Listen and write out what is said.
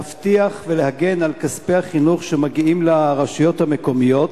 להבטיח ולהגן על כספי החינוך שמגיעים לרשויות המקומיות,